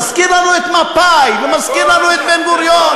מזכיר לנו את מפא"י ומזכיר לנו את בן-גוריון.